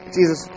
Jesus